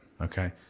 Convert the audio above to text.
Okay